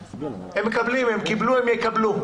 הם מקבלים, הם קיבלו, הם יקבלו.